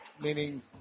meaning